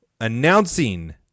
announcing